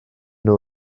nhw